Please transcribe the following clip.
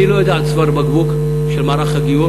אני לא יודע על צוואר בקבוק של מערך הגיור,